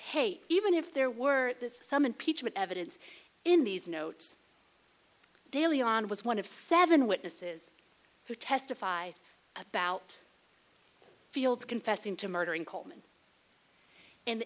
hate even if there were some impeachment evidence in these notes daily on it was one of seven witnesses who testified about fields confessing to murdering coleman and